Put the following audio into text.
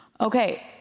Okay